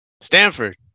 Stanford